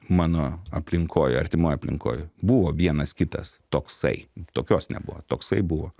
mano aplinkoj artimoj aplinkoj buvo vienas kitas toksai tokios nebuvo toksai buvo